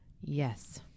Yes